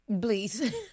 Please